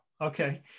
okay